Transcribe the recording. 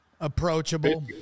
approachable